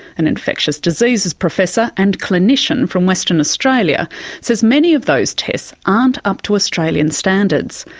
an infectious diseases professor and clinician from western australia says many of those tests aren't up to australian standards.